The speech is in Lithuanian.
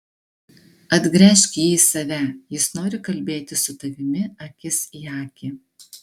atgręžk jį į save jis nori kalbėtis su tavimi akis į akį